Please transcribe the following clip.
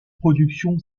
production